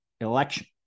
election